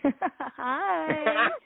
Hi